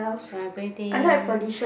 yeah Zoey-Tay